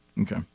Okay